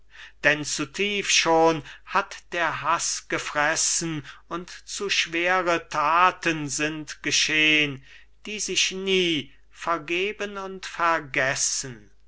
denn zu tief schon hat der haß gefressen und zu schwere thaten sind geschehn die sich nie vergeben und vergessen